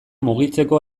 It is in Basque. mugitzeko